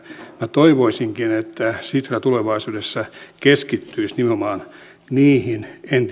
toivoisinkin että sitra tulevaisuudessa keskittyisi entistä enempi nimenomaan näiden